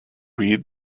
read